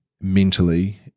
mentally